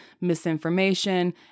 misinformation